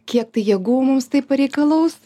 kiek tai jėgų mums tai pareikalaus